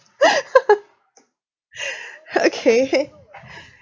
okay